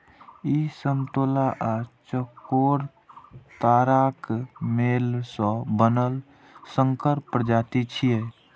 ई समतोला आ चकोतराक मेल सं बनल संकर प्रजाति छियै